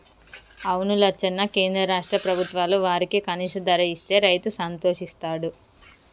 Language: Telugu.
అవును లచ్చన్న కేంద్ర రాష్ట్ర ప్రభుత్వాలు వారికి కనీస ధర ఇస్తే రైతు సంతోషిస్తాడు